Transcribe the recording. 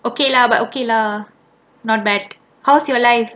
okay lah but okay lah not bad how's your life